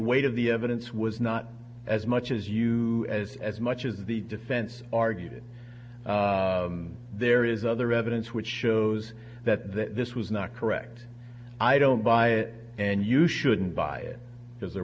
weight of the evidence was not as much as you as as much as the defense argued there is other evidence which shows that this was not correct i don't buy it and you shouldn't buy it because there